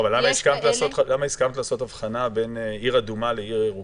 ויש כאלה -- למה הסכמת לעשות הבחנה בין עיר אדומה לעיר ירוקה?